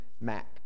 Mac